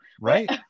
right